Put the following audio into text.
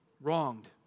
wronged